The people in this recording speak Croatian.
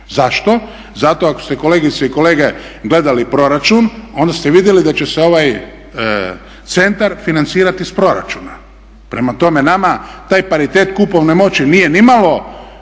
Zašto? Zato ako ste kolegice i kolege gledali proračun onda ste i vidjeli da će se ovaj centar financirati iz proračuna. Prema tome nama taj paritet kupovne moći nije nimalo